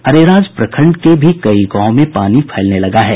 अरेराज प्रखंड के भी कई गांवों में पानी फैलने लगा है